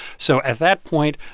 so at that point,